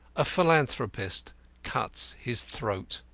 a philanthropist cuts his throat.